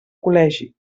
col·legi